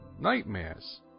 nightmares